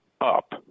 up